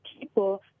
people